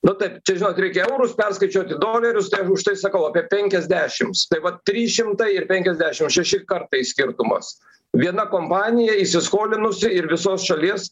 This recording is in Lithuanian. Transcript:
nu taip čia žinot reikia eurus perskaičiuot į dolerius už tai sakau apie penkiasdešimts tai vat trys šimtai ir penkiasdešim šeši kartai skirtumas viena kompanija įsiskolinusi ir visos šalies